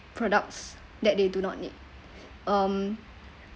products that they do not need um